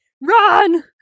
Run